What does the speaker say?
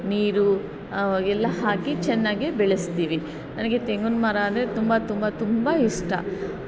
ನೀರು ಎಲ್ಲ ಹಾಕಿ ಚೆನ್ನಾಗಿ ಬೆಳೆಸ್ತೀವಿ ನನಗೆ ತೆಂಗಿನ ಮರ ಅಂದರೆ ತುಂಬ ತುಂಬ ತುಂಬ ಇಷ್ಟ